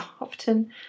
often